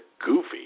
goofy